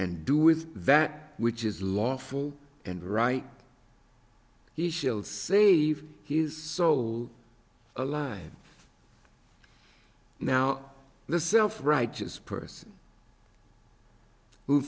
and do with that which is lawful and right he shall save his soul alive now the self righteous person who